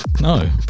no